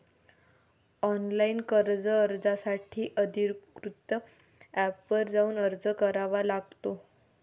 online कर्ज अर्जासाठी अधिकृत एपवर जाऊन अर्ज करावा लागतो